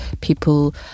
people